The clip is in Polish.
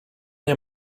nie